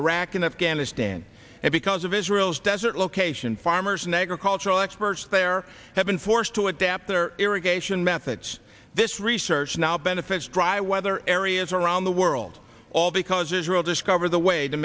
iraq and afghanistan and because of israel's desert location farmers an agricultural experts there have been forced to adapt their irrigation methods this research now benefits dry weather areas around the world all because israel discovered the way to